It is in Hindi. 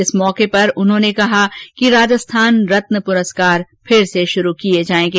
इस मौके पर उन्होने कहा कि राजस्थान रत्न पुरस्कार फिर से शुरू किये जायेंगे